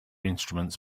instruments